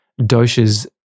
doshas